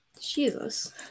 Jesus